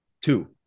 two